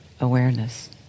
awareness